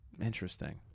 Interesting